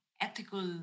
ethical